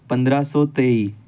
ਪੰਦਰਾਂ ਸੌ ਤੇਈ